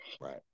Right